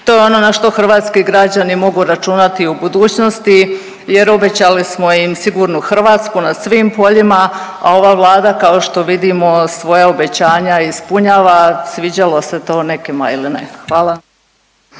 To je ono na što hrvatski građani mogu računati u budućnosti jer obećali smo im sigurnu Hrvatsku na svim poljima, a ova Vlada kao što vidimo svoja obećanja ispunjava sviđalo se to nekima ili ne. Hvala.